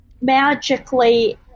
magically